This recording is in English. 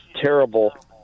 terrible